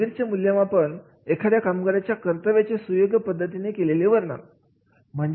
कामगिरीचे मूल्यमापन म्हणजे एखाद्या कामगाराच्या कर्तव्याचे सुयोग्य पद्धतीने केलेले वर्णन